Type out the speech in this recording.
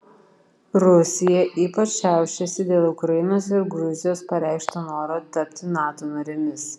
rusija ypač šiaušiasi dėl ukrainos ir gruzijos pareikšto noro tapti nato narėmis